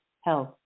health